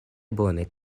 bone